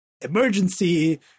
emergency